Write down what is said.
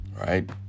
right